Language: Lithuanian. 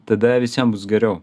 tada visiem bus geriau